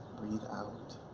breathe out,